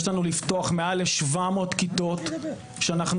יש לנו לפתוח מעל ל-700 כיתות שאנחנו